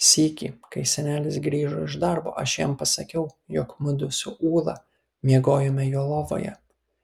sykį kai senelis grįžo iš darbo aš jam pasakiau jog mudu su ūla miegojome jo lovoje